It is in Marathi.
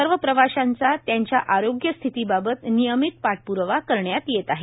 सर्व प्रवाशांचा त्यांच्या आरोग्यस्थिती बाबत नियमित पाठप्रावा करण्यात येत आहे